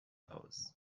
aus